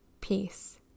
peace